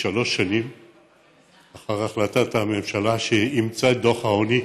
שלוש שנים אחרי החלטת הממשלה שאימצה את דוח העוני